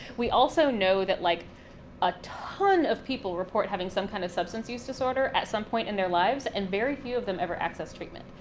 we also know that like a ton of people report having some kind of substance use disorder at some point in their lives, and very few of them ever access treatment.